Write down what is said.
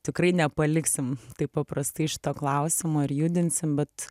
tikrai nepaliksim taip paprastai šito klausimo ir judinsim bet